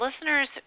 listeners